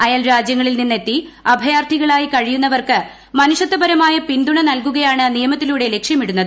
അയൽരാജ്യങ്ങളിൽ നിന്ന് എത്തി അഭയാർത്ഥികളായി കഴിയുന്നവർക്ക് മനുഷൃത്വപരമായ പിന്തുണ നൽകുകയാണ് നിയമത്തിലൂടെ ലക്ഷ്യമിടുന്നത്